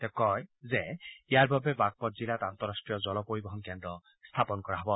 তেওঁ কয় যে ইয়াৰ বাবে বাঘপট জিলাত আন্তঃৰাষ্টীয় জল পৰিবহণ কেন্দ্ৰ স্থাপন কৰা হ'ব